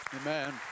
Amen